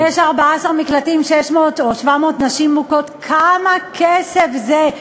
יש 14 מקלטים, 600 או 700 נשים מוכות, כמה כסף זה?